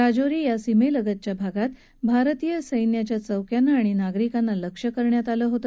राजौरी या सीमेलगतच्या भागात भारतीय सैन्याच्या चौक्यांना आणि नागरिकांना लक्ष्य करण्यात आलं होत